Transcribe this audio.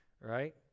right